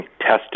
testing